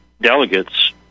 delegates